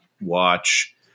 watch